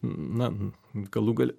na galų gale